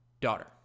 daughter